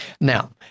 Now